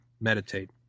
meditate